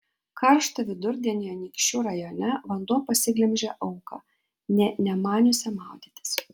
karštą vidurdienį anykščių rajone vanduo pasiglemžė auką nė nemaniusią maudytis